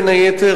בין היתר,